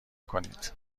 کنید